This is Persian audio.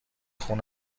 خون